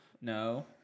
No